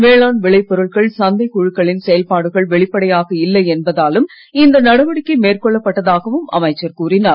வேளாண் விளைப் பொருட்கள் சந்தை குழுக்களின் செயல்பாடுகள் வெளிப்படையாக இல்லை என்பதாலும் இந்த நடவடிக்கை மேற்கொள்ளப்பட்டதாகவும் அமைச்சர் கூறினார்